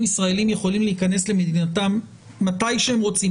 ישראלים יכולים להיכנס למדינתם מתי שהם רוצים,